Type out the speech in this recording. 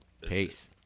peace